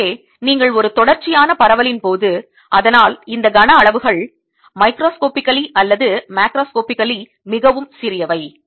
எனவே நீங்கள் ஒரு தொடர்ச்சியான பரவல் போது அதனால் இந்த கன அளவுகள் மைக்ரோஸ்கோப்பிக்கலி அல்லது மேக்ரோஸ்கோப்பிக்கலி மிகவும் சிறியவை